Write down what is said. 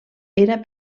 era